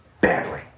badly